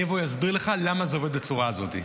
אני אבוא ואסביר לך למה זה עובד בצורה הזאת.